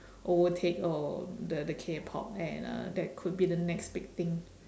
overtake or the the Kpop and uh that could be the next big thing